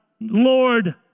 Lord